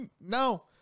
No